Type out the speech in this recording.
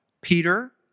Peter